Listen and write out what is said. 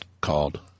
called